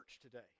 today